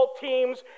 teams